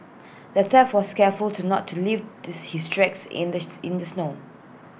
the thief was careful to not to leave diss his tracks in the in the snow